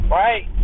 right